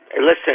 Listen